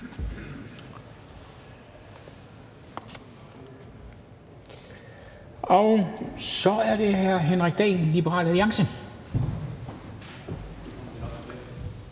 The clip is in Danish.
Så er det hr. Henrik Dahl, Liberal Alliance.